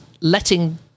letting